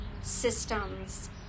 systems